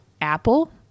Apple